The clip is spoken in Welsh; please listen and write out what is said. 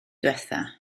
ddiwethaf